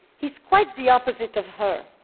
he's quite the opposite of her.